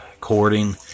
cording